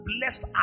blessed